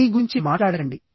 మీ గురించి మాట్లాడకండి